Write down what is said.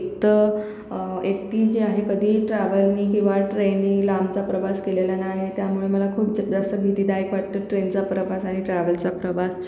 एकटं एकटी जे आहे कधी ट्रॅव्हलनी किंवा ट्रेननी लांबचा प्रवास केलेला नाही त्यामुळे मला खूप जास्त भीतीदायक वाटतं ट्रेनचा प्रवास आणि ट्रॅव्हल्सचा प्रवास